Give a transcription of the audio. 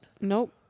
Nope